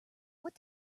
what